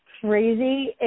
crazy